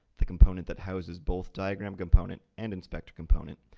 the component that houses both diagram component and inspector component,